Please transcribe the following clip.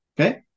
Okay